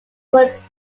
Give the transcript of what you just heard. but